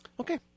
Okay